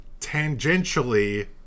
tangentially